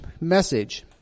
message